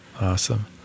Awesome